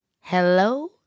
Hello